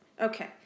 Okay